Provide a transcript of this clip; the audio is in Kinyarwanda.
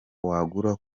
wagura